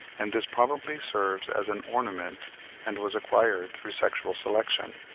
and this probably serves as an ornament and was acquired through sexual selection.